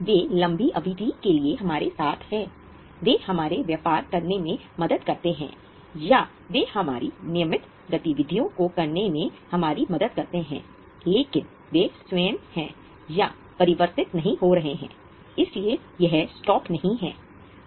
वे लंबी अवधि के लिए हमारे साथ हैं वे हमें व्यापार करने में मदद करते हैं या वे हमारी नियमित गतिविधियों को करने में हमारी मदद करते हैं लेकिन वे स्वयं हैं या परिवर्तित नहीं हो रहे हैं इसलिए यह स्टॉक नहीं है